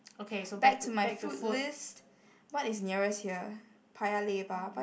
okay so back to back to food